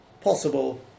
possible